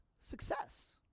success